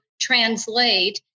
translate